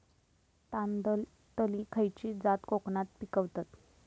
तांदलतली खयची जात कोकणात पिकवतत?